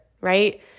Right